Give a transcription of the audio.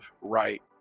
right